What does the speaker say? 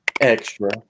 extra